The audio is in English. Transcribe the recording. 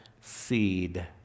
seed